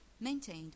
maintained